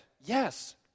yes